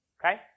Okay